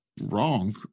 wrong